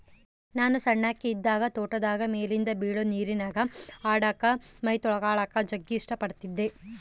ನಾನು ಸಣ್ಣಕಿ ಇದ್ದಾಗ ತೋಟದಾಗ ಮೇಲಿಂದ ಬೀಳೊ ನೀರಿನ್ಯಾಗ ಆಡಕ, ಮೈತೊಳಕಳಕ ಜಗ್ಗಿ ಇಷ್ಟ ಪಡತ್ತಿದ್ದೆ